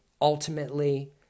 ultimately